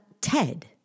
Ted